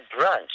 brunch